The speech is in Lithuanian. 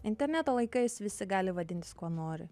interneto laikais visi gali vadintis kuo nori